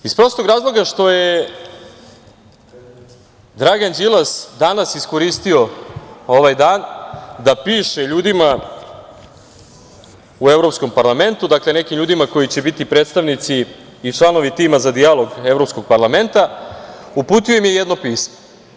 Iz prostog razloga što je Dragan Đilas danas iskoristio ovaj dan da piše ljudima u Evropskom parlamentu, dakle, nekim ljudima koji će biti predstavnici i članovi tima za dijalog Evropskog parlamenta, uputio im je jedno pismo.